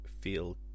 feel